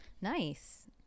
nice